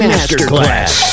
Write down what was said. Masterclass